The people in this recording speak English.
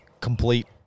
complete